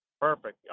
Perfect